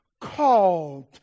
called